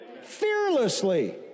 fearlessly